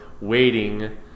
waiting